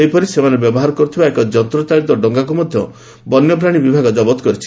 ସେହିପରି ସେମାନେ ବ୍ୟବହାର କରୁଥିବା ଏକ ଯନ୍ତଚାଳିତ ଡଙ୍ଗାକୁ ମଧ ବନ୍ୟପ୍ରାଶୀ ବିଭାଗ ଜବତ କରିଛି